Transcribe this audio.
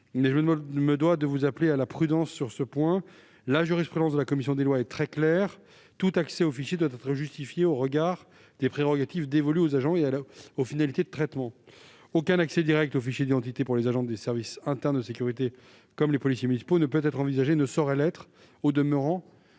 je me dois de vous appeler à la prudence sur ce point. En effet, la jurisprudence de la commission des lois est très claire : tout accès aux fichiers doit être justifié au regard des prérogatives dévolues aux agents et des finalités de traitement. Aucun accès direct aux fichiers d'identité pour les agents des services internes de sécurité ne peut être envisagé, car il ne saurait